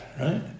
right